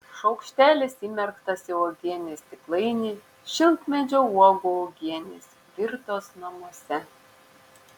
šaukštelis įmerktas į uogienės stiklainį šilkmedžio uogų uogienės virtos namuose